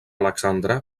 alexandre